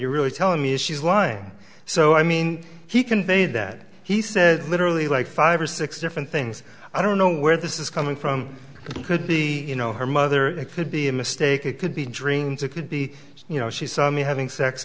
you're really telling me is she's lying so i mean he conveyed that he said literally like five or six different things i don't know where this is coming from could be you know her mother it could be a mistake it could be dreams it could be you know she saw me having sex